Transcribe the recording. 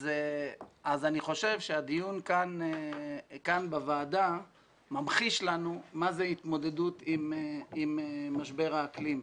אני חושב שהדיון כאן בוועדה ממחיש לנו מה זאת התמודדות עם משבר האקלים.